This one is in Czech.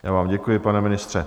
Já vám děkuji, pane ministře.